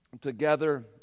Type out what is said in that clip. together